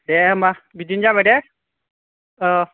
दे होनबा बिदिनो जाबायदे ओह